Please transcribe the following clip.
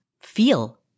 feel